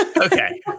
Okay